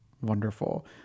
Wonderful